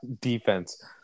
defense